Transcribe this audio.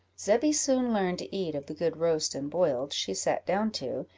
zebby soon learned to eat of the good roast and boiled she sat down to,